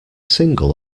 single